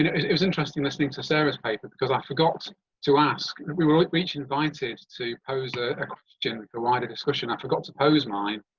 it was interesting listening to service paper because i forgot to ask and we were like reach invited to pose a question for wider discussion that forgot to pose mine.